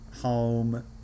home